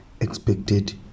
expected